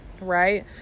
right